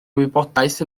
wybodaeth